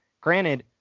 Granted